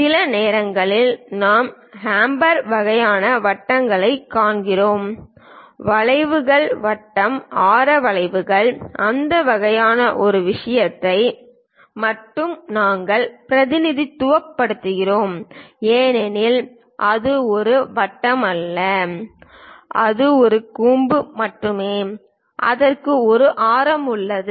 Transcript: சில நேரங்களில் நாம் ஹம்ப் வகையான வடிவங்களைக் காண்கிறோம் வளைவுகள் வட்ட ஆரம் வளைவுகள் அந்த வகையான ஒரு விஷயத்தை மட்டுமே நாங்கள் பிரதிநிதித்துவப்படுத்துகிறோம் ஏனெனில் அது ஒரு வட்டம் அல்ல அது ஒரு கூம்பு மட்டுமே அதற்கு ஒரு ஆரம் உள்ளது